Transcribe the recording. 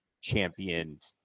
championed